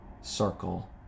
circle